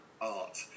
art